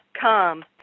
come